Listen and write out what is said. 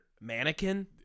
mannequin